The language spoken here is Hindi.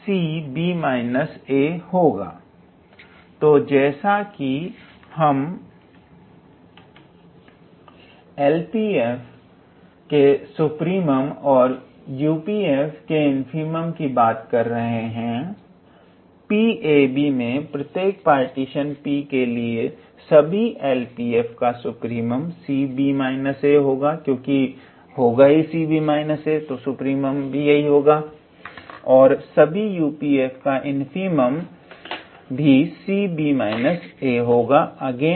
तो जैसे कि हम LPf के सुप्रीमम और UPf के इनफीमम की बात कर रहे हैं ℘𝑎𝑏 के प्रत्येक पार्टीशन P के लिए सभी LPf का सुप्रीमम 𝑐𝑏−𝑎 होगा तथा सभी UPf का इनफीमम भी 𝑐𝑏−𝑎 होगा जिसका अर्थ है लोअर इंटीग्रल